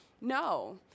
No